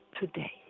today